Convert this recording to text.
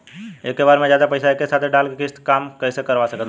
एके बार मे जादे पईसा एके साथे डाल के किश्त कम कैसे करवा सकत बानी?